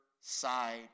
side